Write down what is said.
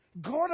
God